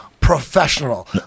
professional